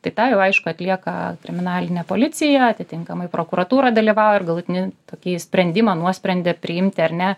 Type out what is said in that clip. tai tą jau aišku atlieka kriminalinė policija atitinkamai prokuratūra dalyvauja ir galutinį tokį sprendimą nuosprendį priimti ar ne